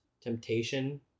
temptation